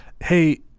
hey